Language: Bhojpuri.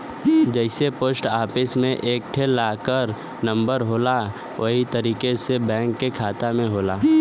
जइसे पोस्ट आफिस मे एक ठे लाकर नम्बर होला वही तरीके से बैंक के खाता होला